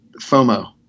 FOMO